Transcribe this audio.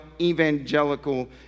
Evangelical